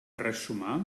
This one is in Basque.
erresuma